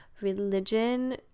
religion